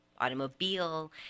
automobile